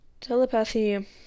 telepathy